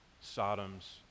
Sodom's